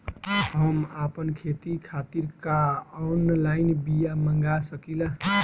हम आपन खेती खातिर का ऑनलाइन बिया मँगा सकिला?